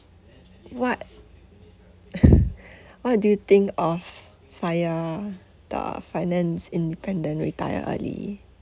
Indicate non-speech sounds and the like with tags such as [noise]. what [laughs] what do you think of FIRE the finance independent retire early